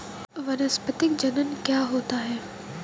वानस्पतिक जनन क्या होता है?